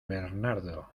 bernardo